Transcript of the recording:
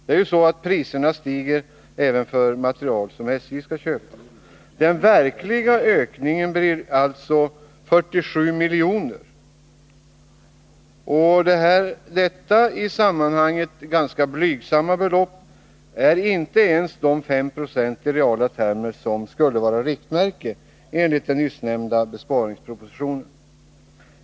Det är ju så att priserna stiger även för materiel som SJ skall köpa. Den verkliga ökningen blir alltså 47 milj.kr. Detta i sammanhanget ganska blygsamma belopp är inte ens de 5 96 i reala termer som skulle vara riktmärke enligt den nyssnämnda besparingspropositionen.